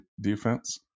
defense